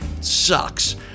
sucks